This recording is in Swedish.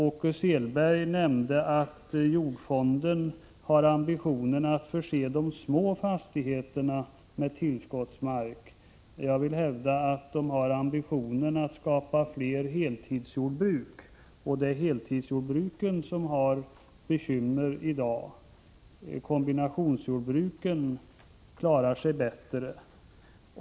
Åke Selberg nämnde att jordfonden har ambitionerna att förse de små fastigheterna med tillskottsmark. Jag vill hävda att ambitionen är att skapa flera heltidsjordbruk — och det är heltidsjordbruken som har bekymmer i dag. Kombinationsjordbruken klarar sig bättre.